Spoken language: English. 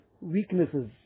weaknesses